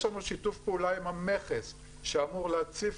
יש לנו שיתוף פעולה עם המכס שאמור להציף